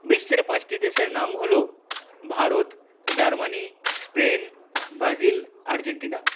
বিশ্বের পাঁচটি দেশের নাম হলো Bharat Germany Spain Brazil Argentina